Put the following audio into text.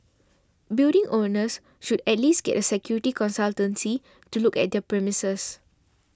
building owners should at least get a security consultancy to look at their premises